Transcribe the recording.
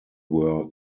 were